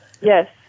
Yes